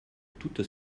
toute